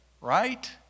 Right